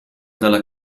dalla